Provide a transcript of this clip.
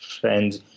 friends